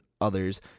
others